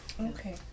Okay